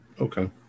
Okay